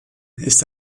ist